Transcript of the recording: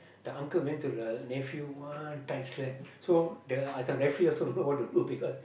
the uncle went to the nephew one tight slap so the uh this one the nephew also don't know what to do because